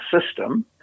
system